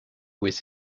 with